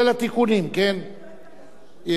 היועצת המשפטית של ועדת החוץ והביטחון,